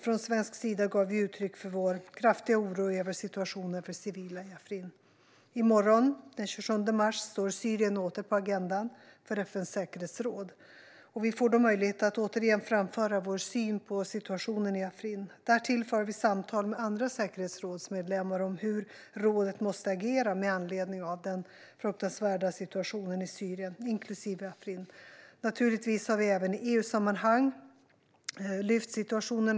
Från svensk sida gav vi uttryck för vår kraftiga oro över situationen för civila i Afrin. I morgon, den 27 mars, står Syrien åter på agendan för FN:s säkerhetsråd. Vi får då möjlighet att återigen framföra vår syn på situationen i Afrin. Därtill för vi samtal med andra säkerhetsrådsmedlemmar om hur rådet måste agera med anledning av den fruktansvärda situationen i Syrien, inklusive Afrin. Naturligtvis har vi även i EU-sammanhang lyft upp situationen.